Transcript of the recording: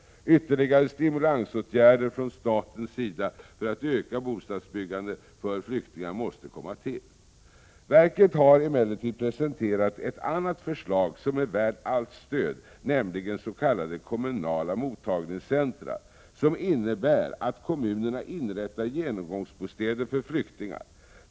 Ytterligare stimulansåtgärder från statens sida för ökat bostadsbyggande för flyktingar måste komma till. Verket har emellertid presenterat ett annat förslag, som är värt allt stöd, nämligen s.k. kommunala mottagningscentra, som innebär att kommunerna inrättar genomgångsbostäder för flyktingar.